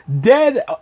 dead